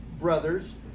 brothers